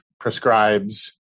Prescribes